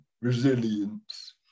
resilience